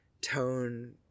tone